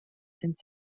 sind